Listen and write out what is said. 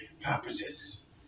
purposes